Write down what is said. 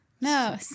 no